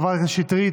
חברת הכנסת שטרית.